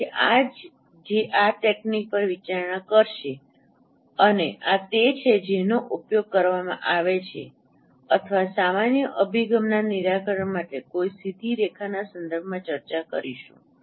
તેથી આ જે આ તકનીક પર વિચારણા કરશે અને આ તે છે જેનો ઉપયોગ કરવામાં આવે છે અથવા સામાન્ય અભિગમના નિરાકરણ માટે કોઈ સીધી રેખાના સંદર્ભમાં ચર્ચા કરીશું